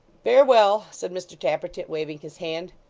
farewell! said mr tappertit, waving his hand.